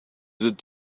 that